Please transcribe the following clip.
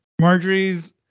Marjorie's